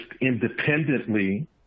independently